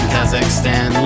Kazakhstan